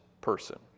person